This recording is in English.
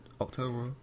October